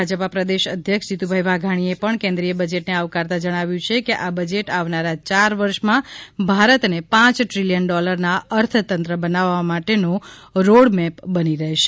ભાજપા પ્રદેશ અધ્યક્ષ જીતુભાઇ વાઘાણીએ પણ કેન્દ્રિય બજેટને આવકારતા જણાવ્યું છે કે આ બજેટ આવનારા ચાર વર્ષમાં ભારતને પાંચ ટ્રીલીયન ડોલરના અર્થતંત્ર બનાવવા માટેનો રોડમેપ બની રહેશે